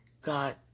God